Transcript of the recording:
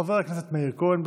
חבר הכנסת מאיר כהן,